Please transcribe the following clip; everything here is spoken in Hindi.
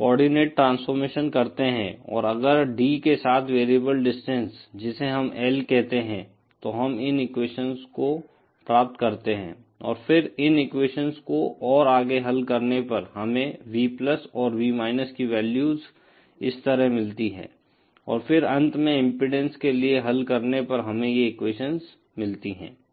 कोआर्डिनेट ट्रांसफॉर्मेशन करते हैं और अगर D के साथ वेरिएबल डिस्टेंस जिसे हम L कहते हैं तो हम इन एक्वेशन्स को प्राप्त करते हैं और फिर इन एक्वेशन्स को और आगे हल करने पर हमें V और V की वैल्यूज इस तरह मिलती हैं और फिर अंत में इम्पीडेन्स के लिए हल करने पर हमें यह एक्वेशन मिलती है